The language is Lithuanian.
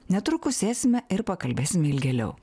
netrukus sėsime ir pakalbėsim ilgėliau